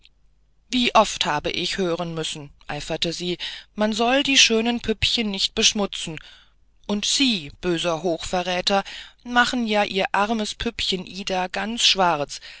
wie oft habe ich hören müssen eiferte sie man soll die schönen püppchen nicht beschmutzen und sie böser hochverräter machen ja ihr armes püppchen ida ganz schwarz